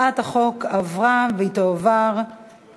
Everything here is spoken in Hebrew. ההצעה להעביר את הצעת חוק למניעת אלימות במוסדות למתן טיפול (תיקון,